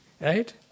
Right